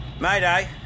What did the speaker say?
Mayday